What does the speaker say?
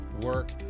work